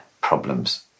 problems